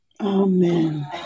Amen